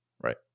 Right